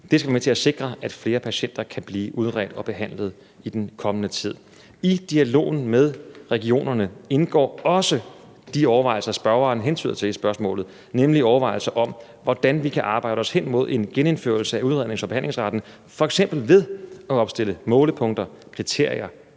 Det skal være med til at sikre, at flere patienter kan blive udredt og behandlet i den kommende tid. I dialogen med regionerne indgår også de overvejelser, spørgeren hentyder til i spørgsmålet, nemlig overvejelser om, hvordan vi kan arbejde os hen imod en genindførelse af udrednings- og behandlingsretten, f.eks. ved at opstille målepunkter, kriterier